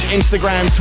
Instagram